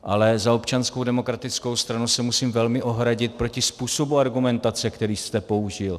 Ale za Občanskou demokratickou stranu se musím velmi ohradit proti způsobu argumentace, který jste použil.